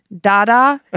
Dada